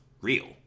real